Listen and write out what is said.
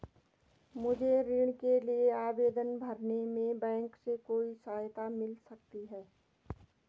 मुझे ऋण के लिए आवेदन भरने में बैंक से कोई सहायता मिल सकती है?